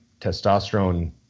testosterone